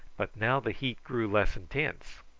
but now the heat grew less intense.